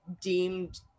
deemed